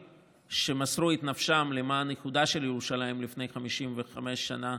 שמסרו את נפשם למען איחודה של ירושלים לפני 55 שנה